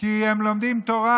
כי הם לומדים תורה,